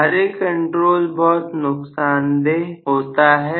Ra control बहुत नुकसान दे होता है